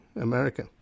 America